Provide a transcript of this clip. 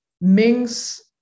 Ming's